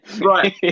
Right